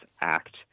Act